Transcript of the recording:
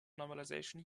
normalization